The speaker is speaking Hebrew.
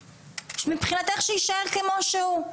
מבחינתך שיישאר כמות שהוא.